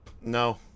No